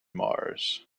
mars